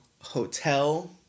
Hotel